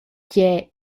gie